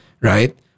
right